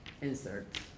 Insert